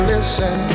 Listen